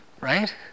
Right